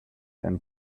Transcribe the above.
and